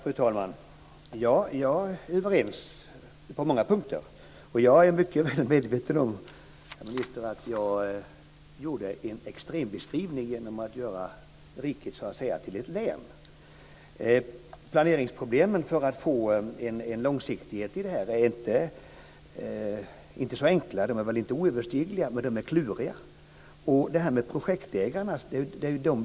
Fru talman! Ja, jag är överens med näringsministern på många punkter. Jag är mycket väl medveten om, herr minister, att jag gjorde en extrembeskrivning genom att betrakta riket som ett län. Planeringsproblemen för att man ska få en långsiktighet i det hela är inte så enkla. De är inte oöverstigliga, men de är kluriga. Det är ju projektägarna som ska bedömas.